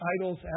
idols